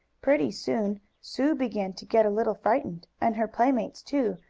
pretty soon sue began to get a little frightened, and her playmates, too,